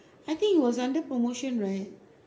I think it was under promotion right